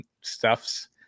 stuffs